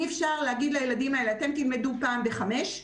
אי אפשר להגיד לילדים האלה 'אתם תלמדו פעם ב-17:00,